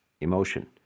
emotion